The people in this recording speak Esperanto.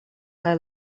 kaj